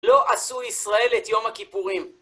לא עשו ישראל את יום הכיפורים!